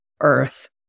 earth